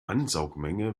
ansaugmenge